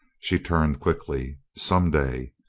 she turned quickly. some day,